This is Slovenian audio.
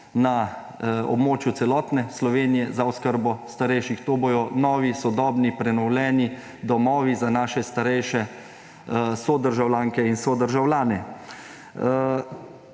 na območju celotne Slovenije za oskrbo starejših; to bodo novi, sodobni, prenovljeni domovi za naše starejše sodržavljanke in sodržavljane.